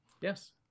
Yes